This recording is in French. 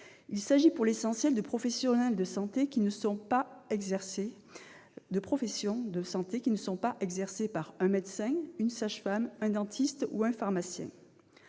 Il s'agit pour l'essentiel de professions de santé qui ne sont pas exercées par un médecin, une sage-femme, un dentiste ou un pharmacien.